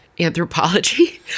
Anthropology